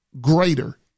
greater